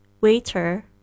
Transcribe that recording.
waiter